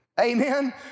amen